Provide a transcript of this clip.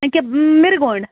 اَکِیاہ Mirgund